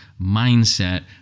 mindset